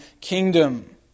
kingdom